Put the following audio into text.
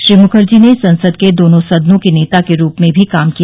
श्री मुखर्जी ने संसद के दोनों सदनों के नेता के रूप में भी काम किया